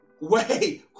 Wait